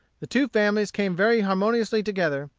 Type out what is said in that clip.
the two families came very harmoniously together,